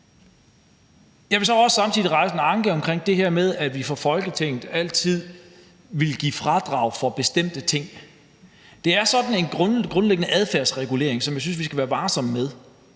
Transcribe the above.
Jeg vil så samtidig også rette en anke mod det her med, at vi fra Folketingets side altid vil give fradrag for bestemte ting. Det er sådan en grundlæggende adfærdsregulering, som jeg synes vi skal være varsomme med.